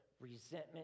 resentment